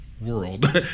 world